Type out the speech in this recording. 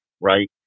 right